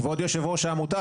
כבוד יושב-ראש העמותה,